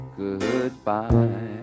goodbye